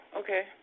Okay